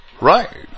Right